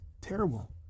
terrible